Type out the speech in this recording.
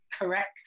correct